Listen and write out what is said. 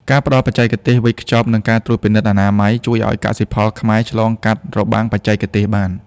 ការផ្ដល់បច្ចេកទេសវេចខ្ចប់ និងការត្រួតពិនិត្យអនាម័យ ជួយឱ្យកសិផលខ្មែរឆ្លងកាត់របាំងបច្ចេកទេសបាន។